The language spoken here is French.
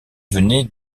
venait